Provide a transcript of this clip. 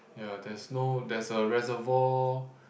ya there's no there's a reservoir